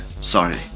sorry